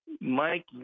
Mike